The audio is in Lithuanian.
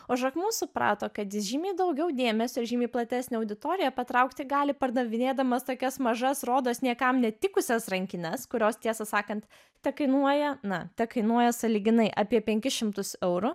o žakmus suprato kad žymiai daugiau dėmesio žymiai platesnę auditoriją patraukti gali pardavinėdamas tokias mažas rodos niekam netikusias rankines kurios tiesą sakant tekainuoja na tekainuoja sąlyginai apie penkis šimtus eurų